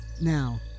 Now